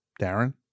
Darren